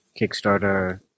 Kickstarter